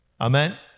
Amen